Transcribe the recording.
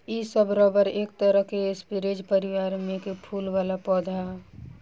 इ सब रबर एक तरह के स्परेज परिवार में के फूल वाला पौधा ह